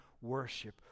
worship